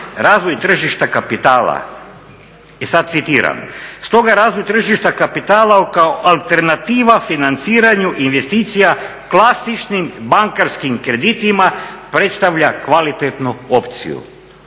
Razvoj tržišta kapitala i sad citiram: "Stoga je razvoj tržišta kapitala kao alternativa financiranju investicija klasičnim bankarskim kreditima predstavlja kvalitetnu opciju."